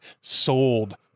sold